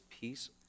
peace